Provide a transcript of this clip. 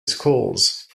schools